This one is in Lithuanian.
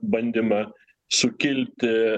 bandymą sukilti